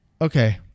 okay